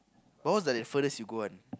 but what was like the furthest you go one